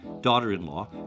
daughter-in-law